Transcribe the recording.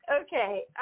okay